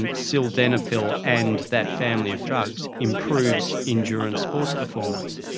and sildenafil and that family of drugs improves endurance sports performance.